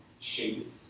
shape